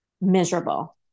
miserable